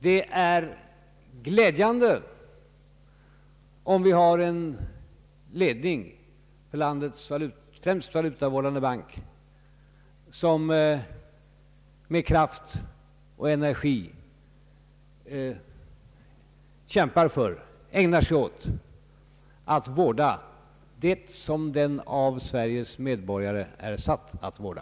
Det är glädjande om vi har en ledning för landets främsta valutavårdande bank, som med kraft och energi ägnar sig åt att vårda det som den av Sveriges medborgare är satt att vårda.